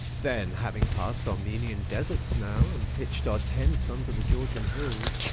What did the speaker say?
then, having pass'd armenian deserts now, and pitch'd our tents under the georgian hills,